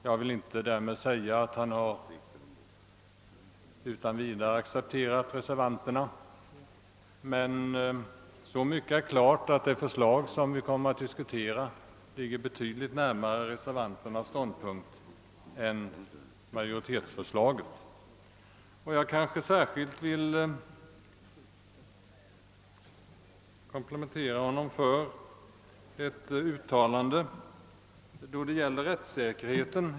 Jag vill inte därmed säga att han har utan vidare accepterat reservanternas förslag, men så mycket är klart att det förslag som vi kommer att diskutera ligger betydligt närmare reservanternas ståndpunkt än majoritetsförslaget. Jag skulle särskilt vilja komplimenttera honom för ett uttalande i propositionen om rättssäkerheten.